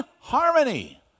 harmony